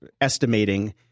estimating